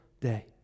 day